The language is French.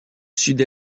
sud